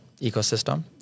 ecosystem